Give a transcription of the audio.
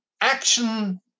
action